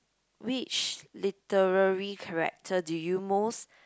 which literary character do you most